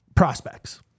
Prospects